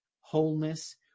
wholeness